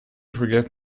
forgive